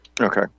Okay